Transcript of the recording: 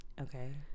Okay